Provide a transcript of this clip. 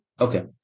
Okay